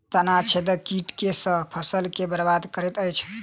तना छेदक कीट केँ सँ फसल केँ बरबाद करैत अछि?